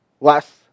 less